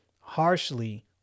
harshly